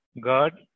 God